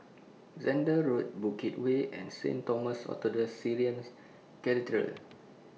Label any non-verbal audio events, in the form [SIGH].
Zehnder Road Bukit Way and Saint Thomas Orthodox Syrian [UNINTELLIGIBLE]